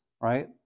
right